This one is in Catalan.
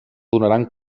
donaran